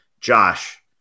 Josh